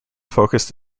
focused